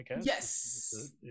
Yes